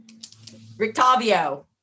Rictavio